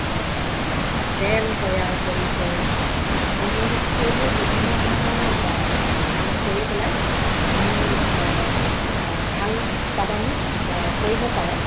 তেল তৈয়াৰ কৰিছে আপুনি এইবোৰ বিভিন্ন ধৰণৰ বা কাম কৰি পেলাই আপুনি ভাল উৎপাদন কৰিব পাৰে